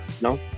No